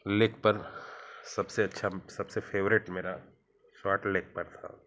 leg पर सबसे अच्छा सबसे फ़ेवरेट मेरा शार्ट लेग पर था